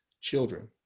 children